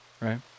right